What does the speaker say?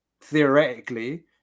Theoretically